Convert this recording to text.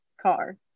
car